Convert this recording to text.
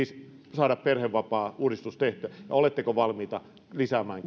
saada perhevapaauudistus tehtyä ja oletteko valmiita lisäämään